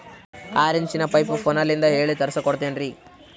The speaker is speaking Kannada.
ಆರಿಂಚಿನ ಪೈಪು ಫೋನಲಿಂದ ಹೇಳಿ ತರ್ಸ ಕೊಡ್ತಿರೇನ್ರಿ?